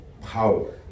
power